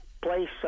place